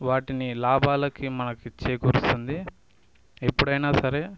వాటిని లాభాలకి మనకి చేకూరుస్తుంది ఎప్పుడైనా సరే